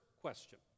question